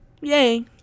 yay